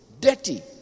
Dirty